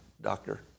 doctor